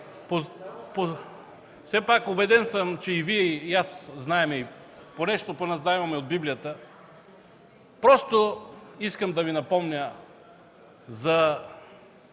все пак убеден съм, че и Вие, и аз, по нещо поназнайваме от Библията. Просто искам да Ви напомня за